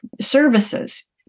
services